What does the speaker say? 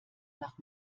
nach